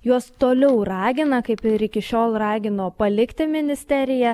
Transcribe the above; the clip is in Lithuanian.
juos toliau ragina kaip ir iki šiol ragino palikti ministeriją